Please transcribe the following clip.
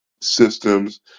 systems